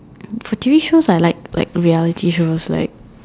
for T_V shows I like like reality show like